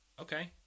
okay